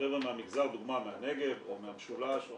שחבר'ה מהמגזר לדוגמה מהנגב או מהמשולש או